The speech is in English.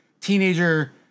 teenager